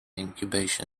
incubation